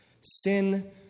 Sin